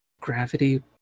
gravity